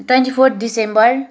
twenty four December